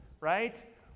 right